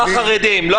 לא החרדים.